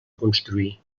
construir